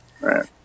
Right